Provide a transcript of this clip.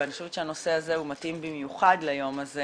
ואני חושבת שהנושא הזה הוא מתאים במיוחד ליום הזה